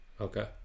Okay